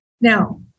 Now